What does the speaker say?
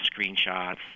screenshots